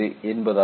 என்பதாகும்